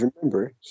remember